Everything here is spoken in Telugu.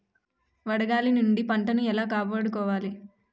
వడగాలి నుండి పంటను ఏలా కాపాడుకోవడం?